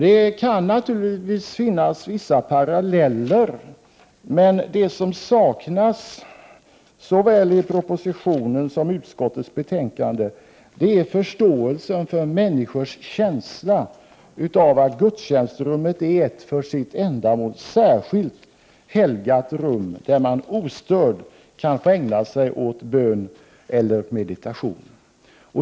Det kan naturligtvis finnas vissa paralleller, men det som saknas såväl i propositionen som i utskottets betänkande är förståelsen för människors känsla av att gudstjänstrummet är ett för sitt ändamål särskilt helgat rum, där man ostörd kan få ägna sig åt bön eller meditation.